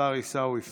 השר עיסאווי פריג',